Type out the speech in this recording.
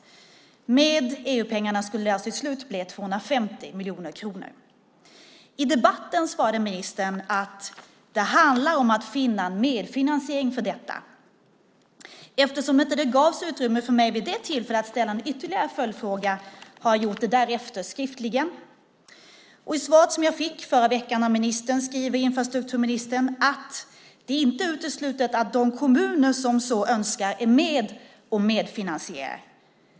Med EU-pengarna skulle det till slut bli 250 miljoner kronor. I debatten svarade ministern att det handlar om att finna en medfinansiering för detta. Eftersom det vid det tillfället inte gavs utrymme för mig att ställa ytterligare en följdfråga har jag därefter skriftligen gjort det. I det svar som jag fick förra veckan skriver infrastrukturministern att det inte är uteslutet att de kommuner som så önskar är med och medfinansierar.